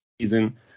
season